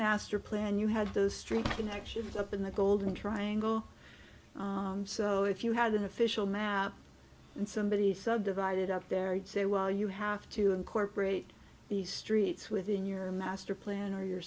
master plan you had those street connections up in the golden triangle so if you had an official map and somebody subdivided up there you'd say well you have to incorporate the streets within your master plan or your